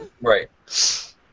Right